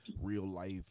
real-life